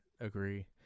agree